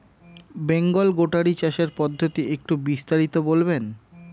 Bengal goatery চাষের পদ্ধতি একটু বিস্তারিত বলবেন?